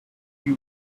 you